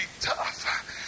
tough